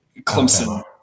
Clemson